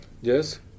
Yes